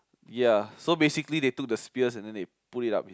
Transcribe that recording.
ya so basically they took the spears and then they put it up with